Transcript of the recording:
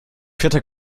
vierte